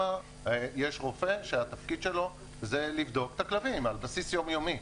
בתחנה זו יש רופא שתפקידו לבדוק את הכלבים על בסיס יום-יומי.